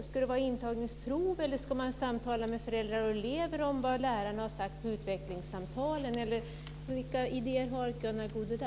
Ska det vara intagningsprov, eller ska man samtala med föräldrar och elever om vad lärarna har sagt på utvecklingssamtalen? Vilka idéer har Gunnar Goude?